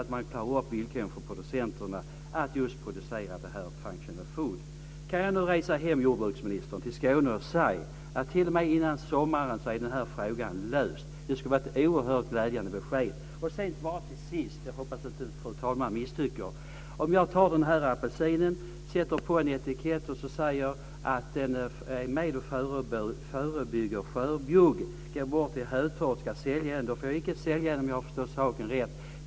Men man måste också ta upp villkoren för producenterna när det gäller att producera functional food. Kan jag nu resa hem till Skåne, jordbruksministern, och säga att den här frågan är löst innan sommaren? Det skulle vara ett oerhört glädjande besked. Jag hoppas att inte fru talman misstycker om jag till sist tar fram den här apelsinen. Om jag sätter på en etikett på den där det står att den förebygger skörbjugg och går bort till Hötorget och ska sälja den, får jag inte göra det om jag har förstått saken rätt.